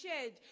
shared